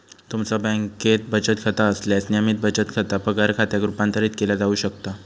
तुमचा बँकेत बचत खाता असल्यास, नियमित बचत खाता पगार खात्यात रूपांतरित केला जाऊ शकता